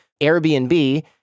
Airbnb